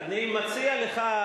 אני מציע לך,